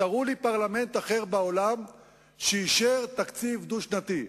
תראו לי פרלמנט אחר בעולם שאישר תקציב דו-שנתי.